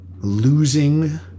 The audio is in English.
losing